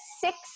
six